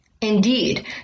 Indeed